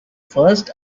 first